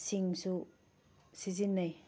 ꯁꯤꯡꯁꯨ ꯁꯤꯖꯤꯟꯅꯩ